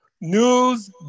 news